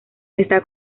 está